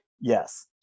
Yes